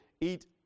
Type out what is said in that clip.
eat